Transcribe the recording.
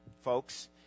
folks